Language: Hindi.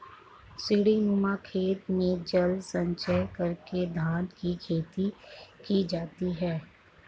सीढ़ीनुमा खेत में जल संचय करके धान की खेती की जाती है